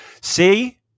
See